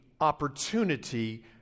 opportunity